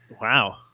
Wow